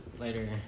Later